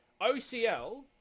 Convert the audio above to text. ocl